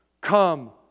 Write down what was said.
Come